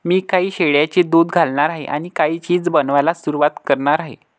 मी काही शेळ्यांचे दूध घालणार आहे आणि काही चीज बनवायला सुरुवात करणार आहे